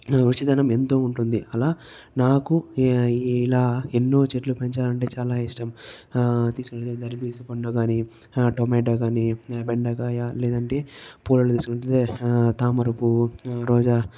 రుచిదనం ఎంతో ఉంటుంది అలా నాకు ఇలా ఎన్నో చెట్ల పెంచాలంటే చాలా ఇష్టం అది దరపీసు పండు కాని టమాటో కాని బెండకాయ లేదంటే పూలను చూస్తే తామర పువ్వు రోజా